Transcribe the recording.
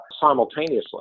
simultaneously